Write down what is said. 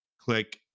Click